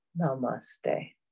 Namaste